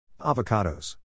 Avocados